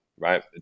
right